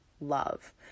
love